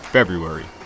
February